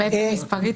מספרית